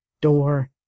door